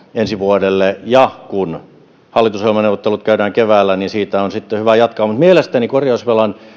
ensi vuodelle ja kun hallitusohjelmaneuvottelut käydään keväällä niin siitä on sitten hyvä jatkaa mutta kun korjausvelan